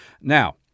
Now